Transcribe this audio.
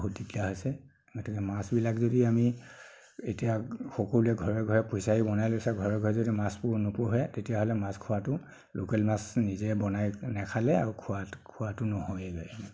বহুত দিকদাৰ হৈছে গতিকে মাছবিলাক যদি আমি এতিয়া সকলোৱে ঘৰে ঘৰে ফিছাৰী বনাই লৈছে ঘৰে ঘৰে যদি মাছবোৰ নোপোহে তেতিয়াহ'লে মাছ খোৱাতো লোকেল মাছ নিজে বনাই নেখালে আৰু খোৱাতো খোৱাতো নহয় গৈ